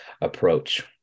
approach